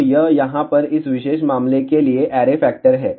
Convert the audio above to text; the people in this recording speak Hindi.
तो यह यहाँ पर इस विशेष मामले के लिए ऐरे फैक्टर है